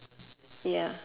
ya